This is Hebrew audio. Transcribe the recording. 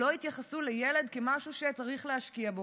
לא התייחסו לילד כמשהו שצריך להשקיע בו,